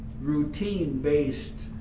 routine-based